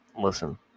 listen